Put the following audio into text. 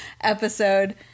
episode